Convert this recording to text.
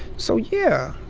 so yeah,